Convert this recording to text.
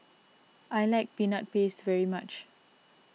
I like Peanut Paste very much